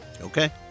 Okay